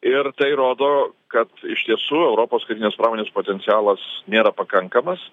ir tai rodo kad iš tiesų europos karinės pramonės potencialas nėra pakankamas